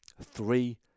Three